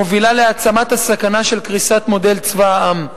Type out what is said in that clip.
מובילה להעצמת הסכנה של קריסת מודל צבא העם,